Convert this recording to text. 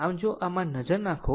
આમ જો આમાં નજર નાખો